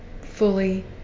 fully